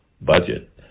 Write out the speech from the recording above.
budget